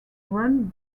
run